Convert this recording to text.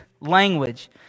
language